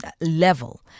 level